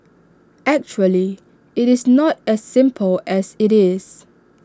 actually IT is not as simple as IT is